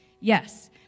Yes